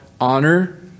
honor